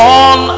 on